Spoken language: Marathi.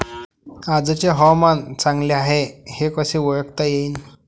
आजचे हवामान चांगले हाये हे कसे ओळखता येईन?